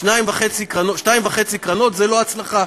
שתיים וחצי קרנות זה לא הצלחה.